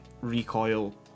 recoil